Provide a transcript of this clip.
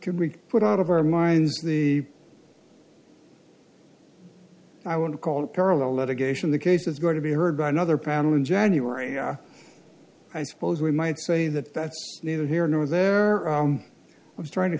can we put out of our minds the i wouldn't call it parallel litigation the case is going to be heard by another panel in january i suppose we might say that that's neither here nor there was trying to